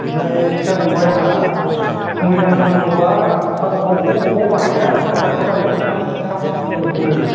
ओमफ्राय सिखा खंखाइया मोजां नांगौबा साराय सारिस' लायो दे मादै दे साराय सारिस' लायो मोजां सिखा खुख्रि बायदि मोजांथार